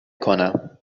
کنم